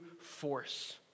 force